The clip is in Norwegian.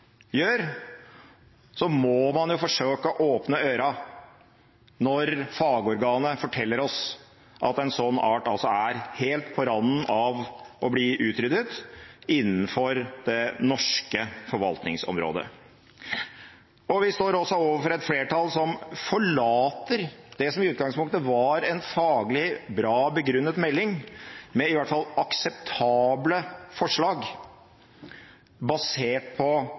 gjør, må man jo forsøke å åpne ørene når fagorganet forteller oss at en sånn art er helt på randen av å bli utryddet innenfor det norske forvaltningsområdet. Vi står også overfor et flertall som forlater det som i utgangspunktet var en faglig bra begrunnet melding med i hvert fall akseptable forslag basert på